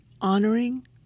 honoring